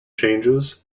changes